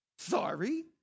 Sorry